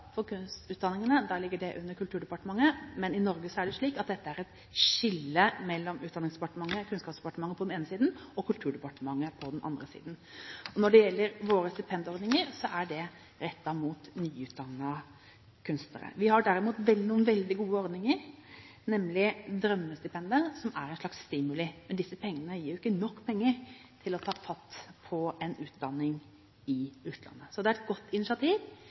ligger det under Kulturdepartementet. Men i Norge er det et skille mellom Utdanningsdepartementet/Kunnskapsdepartementet på den ene siden og Kulturdepartementet på den andre siden. Når det gjelder våre stipendordninger, er de rettet mot nyutdannede kunstnere. Vi har derimot noen veldig gode ordninger, nemlig Drømmestipendet, som er en slags stimuli. Men disse pengene gir jo ikke nok penger til å ta fatt på en utdanning i utlandet. Det er et godt initiativ,